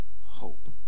hope